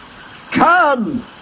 come